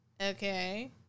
Okay